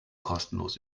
kostenlos